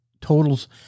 totals